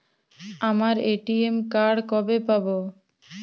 আমার ATM card কবে পাব?